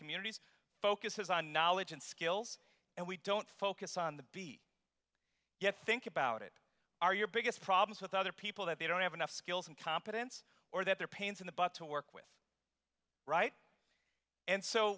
communities focuses on knowledge and skills and we don't focus on the beat yet think about it are your biggest problems with other people that they don't have enough skills and competence or that they're pains in the butt to work with right and so